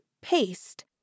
paste